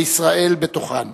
וישראל בתוכן.